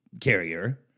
carrier